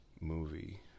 movie